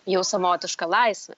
jau savotiška laisvė